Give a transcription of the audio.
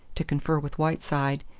to confer with whiteside,